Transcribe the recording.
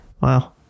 Wow